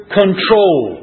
control